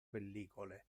pellicole